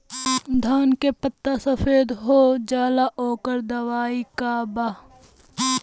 धान के पत्ता सफेद हो जाला ओकर दवाई का बा?